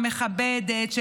מכבדת,